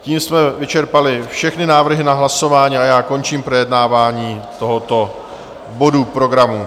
Tím jsme vyčerpali všechny návrhy na hlasování a já končím projednávání tohoto bodu programu.